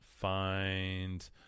find